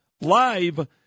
live